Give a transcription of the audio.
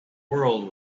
world